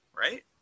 Right